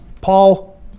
Paul